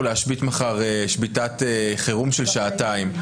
להשבית מחר שביתת חירום של שעתיים.